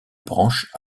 branches